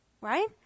Right